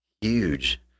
huge